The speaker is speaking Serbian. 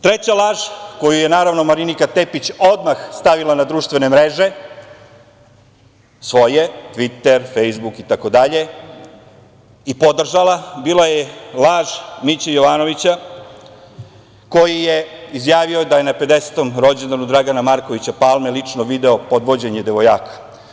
Treća la koju je naravno, Marinika Tepić odmah stavila na društvene mreže, svoje, Tviter, Fejsbuk itd. i podržala bila je laž Miće Jovanovića, koji je izjavio da je na pedesetom rođendanu Dragana Markovića Palme lično video podvođenje devojaka.